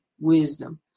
wisdom